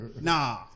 Nah